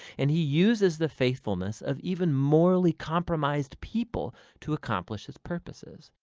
and he uses the faithfulness of even morally compromised people to accomplish his purposes.